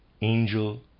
angel